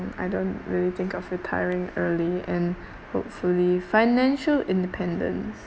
I don't really think of retiring early and hopefully financial independence